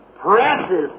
presses